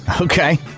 okay